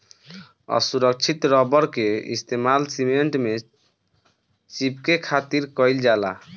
असुरक्षित रबड़ के इस्तेमाल सीमेंट में चिपके खातिर कईल जाला